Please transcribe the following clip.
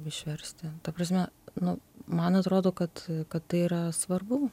išversti ta prasme nu man atrodo kad kad tai yra svarbu